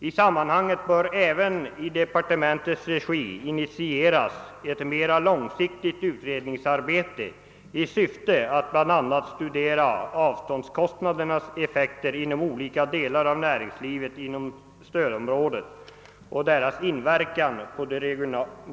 I sammanhanget bör även i departementets regi initieras ett mera långsiktigt utredningsarbete i syfte att bl.a. studera avståndskostnadernas effekter inom olika delar av näringslivet inom stödområdet och deras inverkan.